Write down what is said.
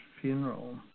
funeral